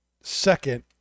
second